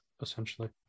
essentially